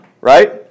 Right